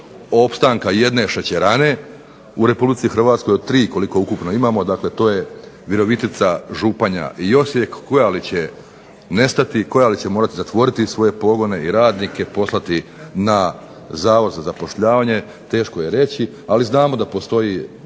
opstanka jedne šećerane u RH od 3 koliko ukupno imamo, dakle to je Virovitica, Županja i Osijek. Koja li će nestati, koja li će morati zatvoriti svoje pogone i radnike poslati na Zavod za zapošljavanje teško je reći. Ali, znamo da postoje